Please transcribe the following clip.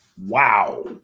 Wow